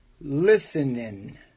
Listening